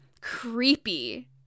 Creepy